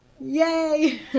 Yay